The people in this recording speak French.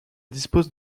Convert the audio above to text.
dispose